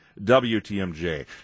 WTMJ